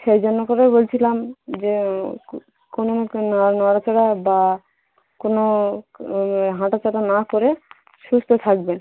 সেই জন্য করেই বলছিলাম যে কোনির উপর নড়া চড়া বা কোনো মানে হাঁটা চলা না করে সুস্থ থাকবেন